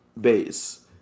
base